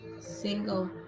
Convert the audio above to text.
single